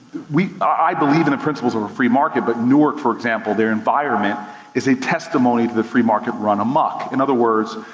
i believe in the principles of a free market but newark, for example, their environment is a testimony to the free market run amuck. in other words,